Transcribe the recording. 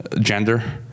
gender